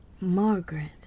Margaret